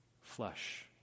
flesh